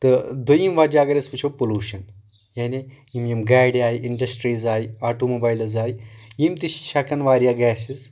تہٕ دوٚیِم وجہ اگر أسۍ وٕچھو پلوٗشن یعنے یِم یِم گاڑِ آیہِ انڈسٹریٖز آیہِ آٹوموبایلٕز آیہِ یِم تہِ چھِ چھکان واریاہ گیسِز